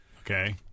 Okay